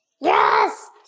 Yes